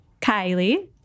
Kylie